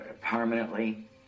permanently